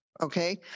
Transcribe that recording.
Okay